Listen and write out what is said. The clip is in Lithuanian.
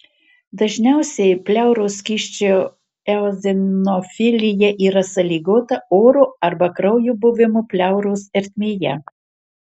dažniausiai pleuros skysčio eozinofilija yra sąlygota oro arba kraujo buvimo pleuros ertmėje